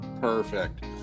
perfect